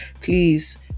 please